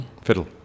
Fiddle